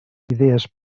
idees